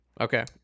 Okay